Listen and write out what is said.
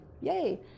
Yay